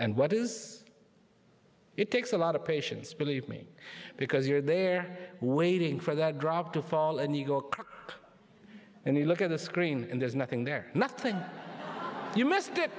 and what is it takes a lot of patients believe me because you're there waiting for that drop to fall in new york and you look at the screen and there's nothing there nothing you must